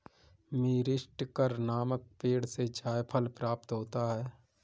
मीरीस्टिकर नामक पेड़ से जायफल प्राप्त होता है